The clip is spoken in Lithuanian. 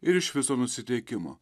ir iš viso nusiteikimo